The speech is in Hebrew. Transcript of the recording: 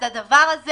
אבל את אומרת